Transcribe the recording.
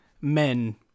men